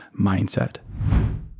mindset